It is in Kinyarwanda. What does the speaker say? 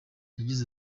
yagize